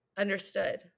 understood